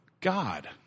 God